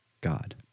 God